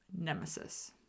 nemesis